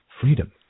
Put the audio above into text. freedom